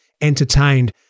entertained